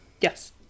Yes